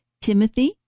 Timothy